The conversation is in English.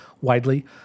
widely